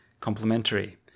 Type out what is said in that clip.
Complementary